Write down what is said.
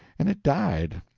and it died,